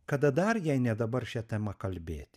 kada dar jei ne dabar šia tema kalbėt